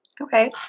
Okay